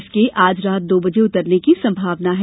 इसके आज रात दो बजे उतरने की संभावना है